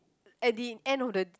at the end of the